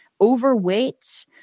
overweight